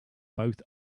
both